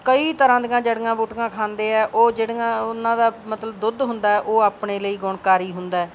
ਕਈ ਤਰ੍ਹਾਂ ਦੀਆਂ ਜੜੀਆਂ ਬੂਟੀਆਂ ਖਾਂਦੇ ਹੈ ਉਹ ਜਿਹੜੀਆਂ ਉਹਨਾਂ ਦਾ ਮਤਲਬ ਦੁੱਧ ਹੁੰਦਾ ਉਹ ਆਪਣੇ ਲਈ ਗੁਣਕਾਰੀ ਹੁੰਦਾ ਹੈ